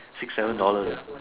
six seven dollars